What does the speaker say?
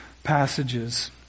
passages